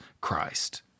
Christ